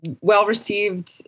well-received